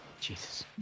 Jesus